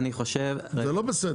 זה לא בסדר.